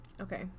Okay